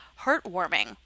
heartwarming